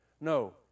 No